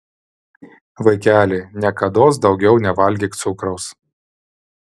vaikeli niekados daugiau nevalgyk cukraus